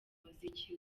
umuziki